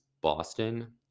Boston